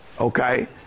okay